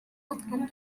come